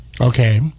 Okay